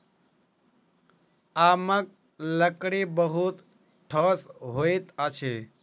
आमक लकड़ी बहुत ठोस होइत अछि